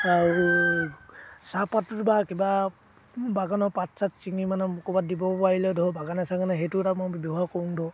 আৰু চাহপাতটোত বা কিবা বাগানৰ পাত চাত ছিঙি মানে ক'ৰবাত দিব পাৰিলে ধৰক বাগানে চাগানে সেইটো এটা মই ব্যৱহাৰ কৰোঁ ধৰক